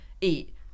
eat